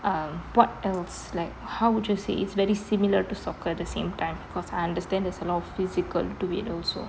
um what else like how would you say is very similar to soccer at the same time cause I understand there's a lot of physical to it also